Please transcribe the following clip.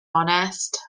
onest